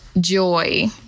joy